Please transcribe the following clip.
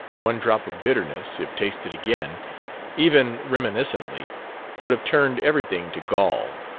one drop of bitterness, if tasted again even reminiscently would have turned everything to gall.